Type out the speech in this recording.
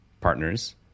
partners